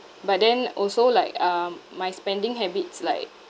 but then also like um my spending habits like